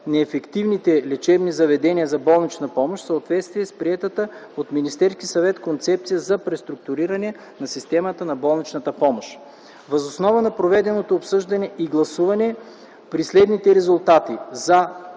неефективните лечебни заведения за болнична помощ в съответствие с приетата от Министерския съвет концепция за преструктуриране на системата на болничната помощ. Въз основа на проведеното обсъждане и гласуване при следните резултати: